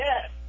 Yes